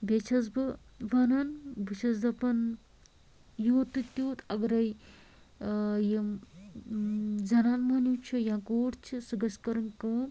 بیٚیہِ چھیٚس بہٕ وَنان بہٕ چھیٚس دَپان یوٗت تہٕ تیٛوٗت اَگرٔے ٲں یِم زَنان موٚہنی چھِ یا کوٗر چھِ سۄ گٔژھ کَرٕنۍ کٲم